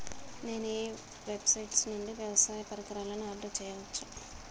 నేను ఏ వెబ్సైట్ నుండి వ్యవసాయ పరికరాలను ఆర్డర్ చేయవచ్చు?